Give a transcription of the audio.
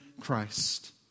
Christ